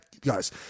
guys